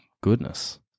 goodness